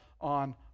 on